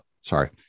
sorry